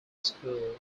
school